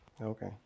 Okay